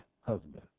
husband